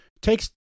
takes